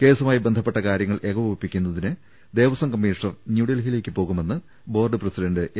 കേസു മായി ബന്ധപ്പെട്ട കാര്യങ്ങൾ ഏകോപിപ്പിക്കുന്നതിന് ദേവസ്വം കമ്മീ ഷണർ ന്യൂഡൽഹിയിലേക്ക് പോകുമെന്ന് ബോർഡ് പ്രസിഡന്റ് എ